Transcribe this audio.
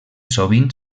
sovint